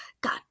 God